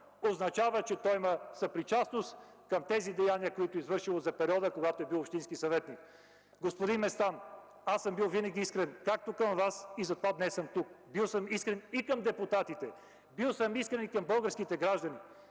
означава, че то има съпричастност към тези деяния, които е извършило за периода, когато е бил общински съветник. Господин Местан, винаги съм бил искрен към Вас, и затова днес съм тук, бил съм искрен и към депутатите, бил съм искрен и към българските граждани.